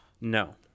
No